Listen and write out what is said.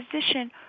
position